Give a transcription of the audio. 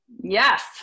Yes